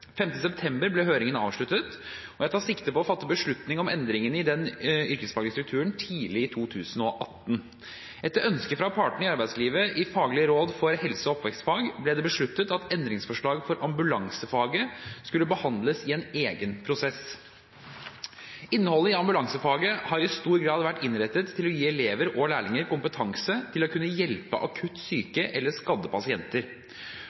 5. september ble høringen avsluttet, og jeg tar sikte på å fatte beslutning om endringer i den yrkesfaglige strukturen tidlig i 2018. Etter ønske fra partene i arbeidslivet i Faglig råd for helse- og oppvekstfag ble det besluttet at endringsforslag for ambulansefaget skulle behandles i en egen prosess. Innholdet i ambulansefaget har i stor grad vært innrettet for å gi elever og lærlinger kompetanse til å kunne hjelpe akutt